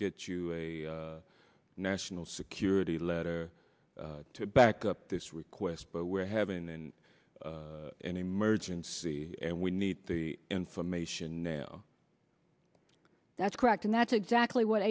get you a national security letter to back up this request but we're having in an emergency and we need the information now that's correct and that's exactly what